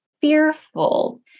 fearful